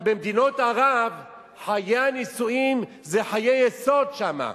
אבל במדינות ערב חיי הנישואים זה חיי יסוד שם,